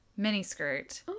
miniskirt